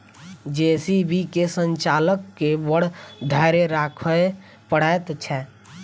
JCB के संचालक के बड़ धैर्य राखय पड़ैत छै